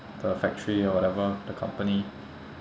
the factory or whatever the company